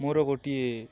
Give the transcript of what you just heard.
ମୋର ଗୋଟିଏ